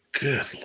good